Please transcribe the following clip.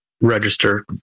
register